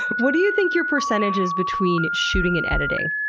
what do you think your percentage is between shooting and editing?